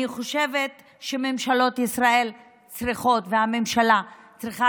אני חושבת שממשלות ישראל צריכות, הממשלה צריכה